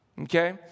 Okay